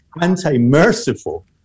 anti-merciful